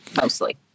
mostly